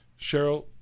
Cheryl